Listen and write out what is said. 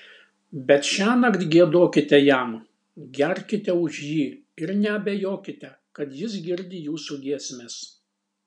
bet šiąnakt giedokite jam gerkite už jį ir neabejokite kad jis girdi jūsų giesmes